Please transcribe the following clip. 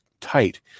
tight